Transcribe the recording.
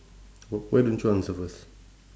w~ why don't you answer first